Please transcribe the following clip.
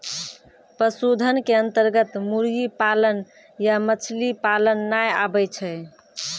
पशुधन के अन्तर्गत मुर्गी पालन या मछली पालन नाय आबै छै